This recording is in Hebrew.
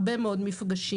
הרבה מאוד מפגשים.